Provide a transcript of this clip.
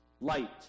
light